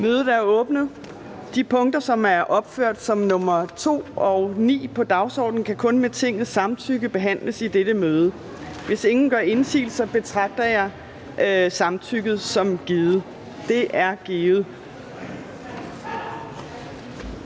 (Trine Torp): De punkter, som er opført som nr. 2 og 9 på dagsordenen, kan kun med Tingets samtykke behandles i dette møde. Hvis ingen gør indsigelse, betragter jeg samtykket som givet. Det er givet.